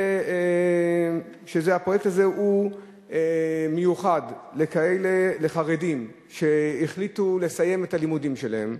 שהוא מיוחד לחרדים שהחליטו לסיים את הלימודים שלהם,